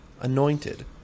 anointed